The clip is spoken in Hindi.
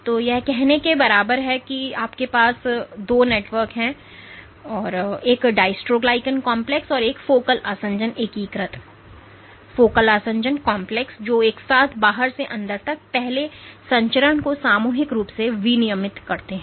तो यह कहने के बराबर है कि आपके पास दो नेटवर्क हैं एक dystroglycan कॉम्प्लेक्स और एक फोकल आसंजन एकीकृत फोकल आसंजन कॉम्प्लेक्स जो एक साथ बाहर से अंदर तक पहले संचरण को सामूहिक रूप से विनियमित करते हैं